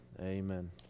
amen